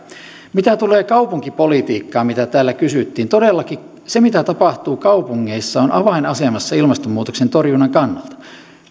mitä tulee kaupunkipolitiikkaan mitä täällä kysyttiin todellakin se mitä tapahtuu kaupungeissa on avainasemassa ilmastonmuutoksen torjunnan kannalta